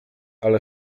ale